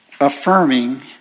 affirming